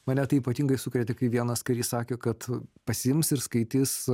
mane tai ypatingai sukrėtė kai vienas karys sakė kad pasiims ir skaitis